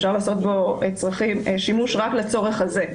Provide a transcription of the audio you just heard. אפשר לעשות בו שימוש רק לצורך הזה.